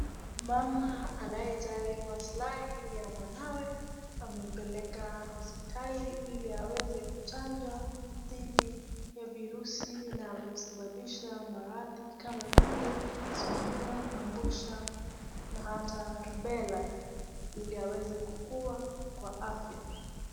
Mama anayejali maslahi ya mwanawe amempeleka hospitali ili aweze kuchanjwa dhidi ya virusi vinavyosababisha marathi kama vile Soruwa, Mabusha na hara Rubella ili aweze kukua kwa afya.